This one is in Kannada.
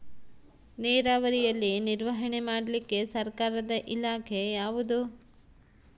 ನೇರಾವರಿಯಲ್ಲಿ ನಿರ್ವಹಣೆ ಮಾಡಲಿಕ್ಕೆ ಸರ್ಕಾರದ ಇಲಾಖೆ ಯಾವುದು?